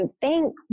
thank